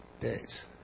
days